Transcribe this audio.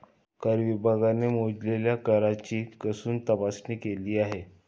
कर विभागाने मोजलेल्या कराची कसून तपासणी केली आहे